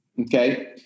okay